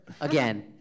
Again